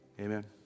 Amen